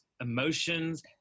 emotions